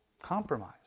compromise